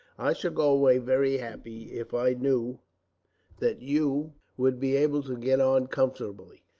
i should go away very happy, if i knew that you would be able to get on comfortably.